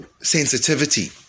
sensitivity